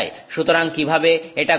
সুতরাং কিভাবে এটা ঘটবে